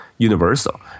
universal